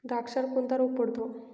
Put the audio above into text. द्राक्षावर कोणता रोग पडतो?